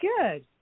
Good